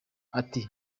ati